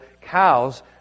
cows